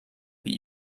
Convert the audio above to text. but